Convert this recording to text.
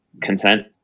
consent